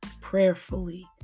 prayerfully